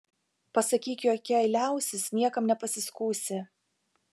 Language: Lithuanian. pasakyk jog jei liausis niekam nepasiskųsi